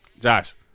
Josh